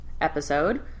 episode